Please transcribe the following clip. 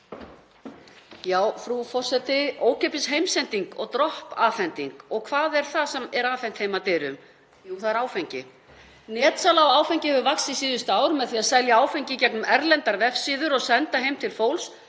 forseti. Ókeypis heimsending og Dropp afhending. Og hvað er það sem er afhent heim að dyrum? Jú, það er áfengi. Netsala á áfengi hefur vaxið síðustu ár. Með því að selja áfengi í gegnum erlendar vefsíður og senda heim til fólks